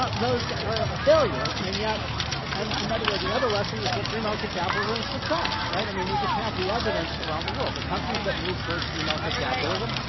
um those are a failure, and and and by the way, the other lesson is that free market capitalism is a success, right? i mean we just have the evidence around the world, the countries that move towards free market capitalism,